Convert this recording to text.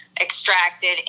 extracted